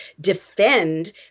defend